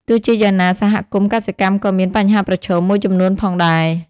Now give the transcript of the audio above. ទោះជាយ៉ាងណា សហគមន៍កសិកម្មក៏មាន បញ្ហាប្រឈម មួយចំនួនផងដែរ។